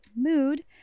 mood